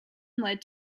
led